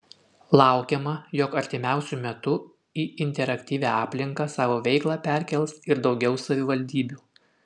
laukiama jog artimiausiu metu į interaktyvią aplinką savo veiklą perkels ir daugiau savivaldybių